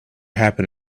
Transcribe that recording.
happen